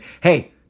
Hey